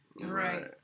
right